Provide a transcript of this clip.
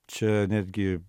čia netgi